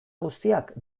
guztiak